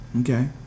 Okay